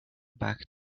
back